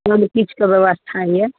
सबकिछुके बेबस्था अइ